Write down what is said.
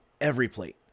Everyplate